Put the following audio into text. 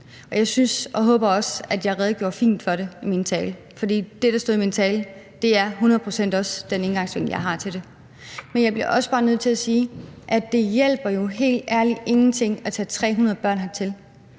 Jeg synes og håber også, at jeg redegjorde fint for det i min tale. For det, der stod i min tale, er hundrede procent også den indgangsvinkel, jeg har til det. Men jeg bliver også bare nødt til at sige, at det jo helt ærligt ingenting hjælper at tage 300 børn hertil.